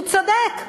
הוא צודק,